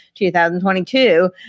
2022